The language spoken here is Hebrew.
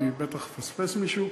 אני בטח אפספס מישהו,